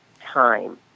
time